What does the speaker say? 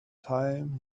time